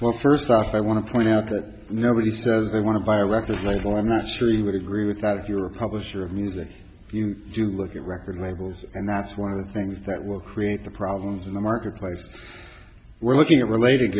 well first off i want to point out that nobody says they want to buy a record label i'm not sure you would agree with that if you're a publisher of music you do look at record labels and that's one of the things that will create the problems in the marketplace we're looking at relating